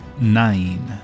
Nine